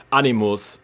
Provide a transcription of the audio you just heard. animus